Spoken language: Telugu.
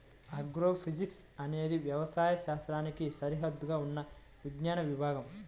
ఆగ్రోఫిజిక్స్ అనేది వ్యవసాయ శాస్త్రానికి సరిహద్దుగా ఉన్న విజ్ఞాన విభాగం